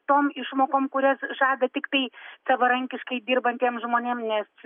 tom išmokom kurias žada tiktai savarankiškai dirbantiem žmonėm nes